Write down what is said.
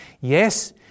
Yes